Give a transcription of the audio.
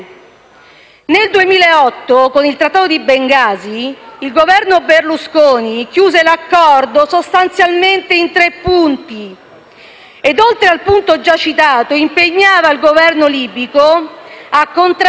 Nel 2008, con il Trattato di Bengasi, il Governo Berlusconi chiuse l'accordo sostanzialmente in tre punti: oltre al punto già citato, si impegnava il Governo libico a contrastare il